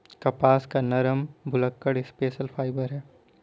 कपास एक नरम, भुलक्कड़ स्टेपल फाइबर है